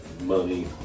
money